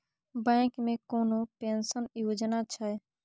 Bank मे कोनो pension योजना छै?